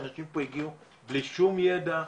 שאנשים פה הגיעו בלי שום ידע,